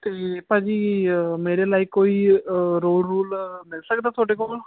ਤੇ ਭਾਅ ਜੀ ਮੇਰੇ ਲਾਈਕ ਕੋਈ ਰੋਲ ਰੂਲ ਮਿਲ ਸਕਦਾ ਥੋਡੇ ਕੋਲ